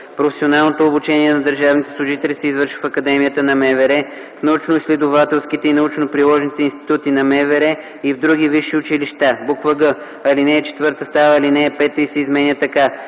Професионалното обучение на държавните служители се извършва в Академията на МВР, в научноизследователските и научно-приложните институти на МВР и в други висши училища. г) алинея 4 става ал. 5 и се изменя така: